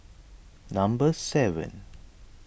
number seven